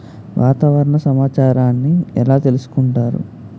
వాతావరణ సమాచారాన్ని ఎలా తెలుసుకుంటారు?